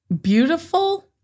beautiful